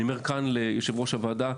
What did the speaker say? אני אומר כאן ליושב ראש הוועדה,